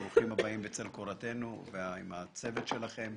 ברוכים הבאים בצל קורתנו עם הצוות שלכם.